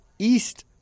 East